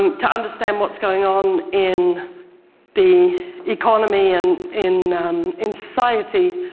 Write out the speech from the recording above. um to understand what's going on in the economy and in in society,